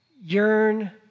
yearn